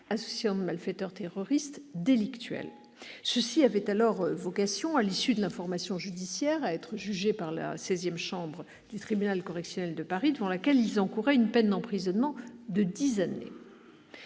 d'association de malfaiteurs terroristes délictuelle. Ceux-ci avaient alors vocation, à l'issue de l'information judiciaire, à être jugés par la seizième chambre du tribunal correctionnel de Paris, devant laquelle ils encouraient une peine d'emprisonnement de dix années.